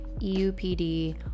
eupd